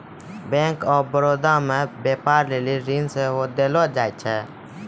bank of Baroda मे व्यपार लेली ऋण सेहो देलो जाय छै